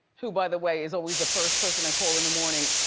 who, by the way, is always the first person i call in the morning,